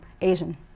Asian